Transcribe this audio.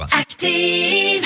Active